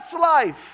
life